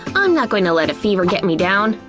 i'm not going to let a fever get me down!